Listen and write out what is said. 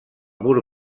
mur